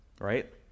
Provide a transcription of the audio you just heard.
right